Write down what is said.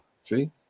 See